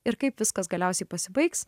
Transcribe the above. ir kaip viskas galiausiai pasibaigs